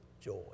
joy